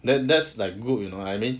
then that's like good you know I mean